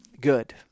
good